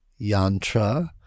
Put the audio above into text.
yantra